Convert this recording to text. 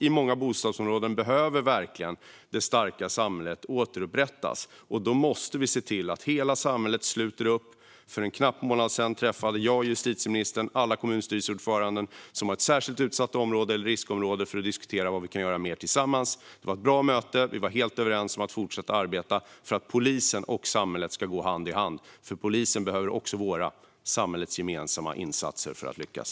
I många bostadsområden behöver det starka samhället återupprättas, och då måste vi se till att hela samhället sluter upp. För en knapp månad sedan träffade jag och justitieministern alla kommunstyrelseordförande i särskilt utsatta områden eller riskområden för att diskutera vad vi mer kan göra tillsammans. Det var ett bra möte, och vi var helt överens om att fortsätta att arbeta för att polisen och samhället ska gå hand i hand. Polisen behöver nämligen våra, samhällets, gemensamma insatser för att lyckas.